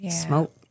smoke